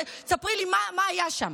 ספרי לי מה היה שם.